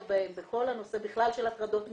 בהם בכל הנושא בכלל של הטרדות מיניות,